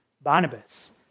Barnabas